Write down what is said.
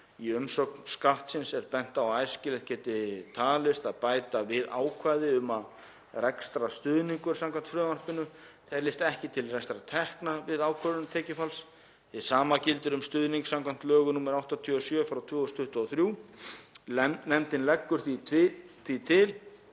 Í umsögn Skattsins er bent á að æskilegt geti talist að bæta við ákvæði um að rekstrarstuðningur samkvæmt frumvarpinu teljist ekki til rekstrartekna við ákvörðun tekjufalls. Hið sama gildir um stuðning skv. lögum nr. 87/2023. Nefndin leggur því til